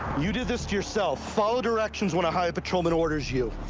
you did this to yourself. follow directions when a highway patrolman orders you.